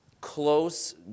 close